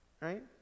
right